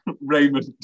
Raymond